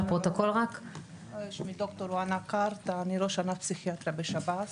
אני ראש ענף פסיכיאטריה בשב"ס.